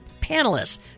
panelists